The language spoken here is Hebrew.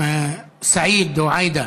סעיד או עאידה,